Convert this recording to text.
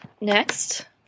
Next